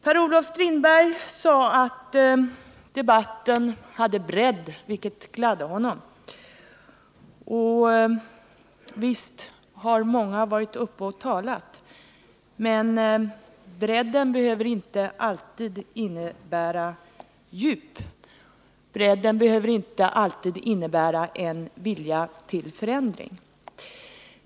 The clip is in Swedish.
Per-Olof Strindberg sade att debatten hade bredd, vilket gladde honom. Och visst har många varit uppe och talat, men bredden behöver inte alltid innebära djup, och bredden behöver inte alltid innebära en vilja till förändring.